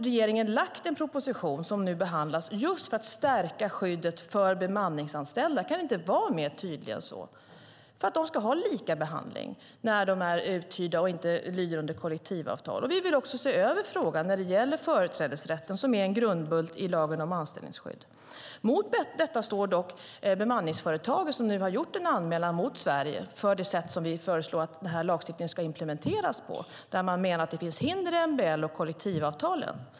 Regeringen har lagt fram en proposition för att stärka skyddet för bemanningsanställda för att de ska ha likabehandling när de är uthyrda och inte lyder under kollektivavtal. Den behandlas nu. Jag kan inte vara mer tydlig än så. Vi vill också se över frågan när det gäller företrädesrätten, som är en grundbult i lagen om anställningsskydd. Mot detta står dock bemanningsföretagen, som nu har gjort en anmälan mot Sverige för det sätt som vi föreslår att den här lagstiftningen ska implementeras på. Man menar att det finns hinder i MBL och kollektivavtalen.